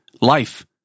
life